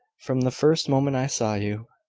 from the first moment i saw you.